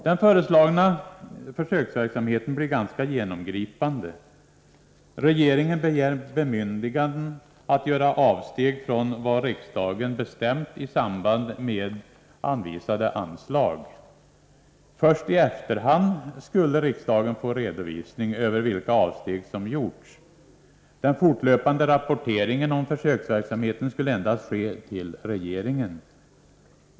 Den föreslagna försöksverksamheten blir ganska genomgripande. Regeringen begär bemyndigande att göra avsteg från vad riksdagen bestämt i samband med anvisade anslag. Först i efterhand skulle riksdagen få redovisning över vilka avsteg som gjorts. Den fortlöpande rapporteringen om försöksverksamheten skulle endast ske till regeringen.